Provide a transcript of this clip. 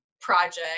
project